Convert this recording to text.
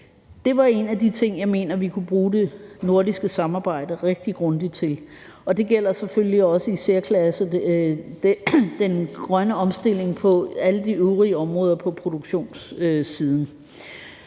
Det var en af de ting, jeg mener vi kunne bruge det nordiske samarbejde rigtig grundigt til, og det gælder selvfølgelig også i særklasse den grønne omstilling på alle de øvrige områder på produktionssiden.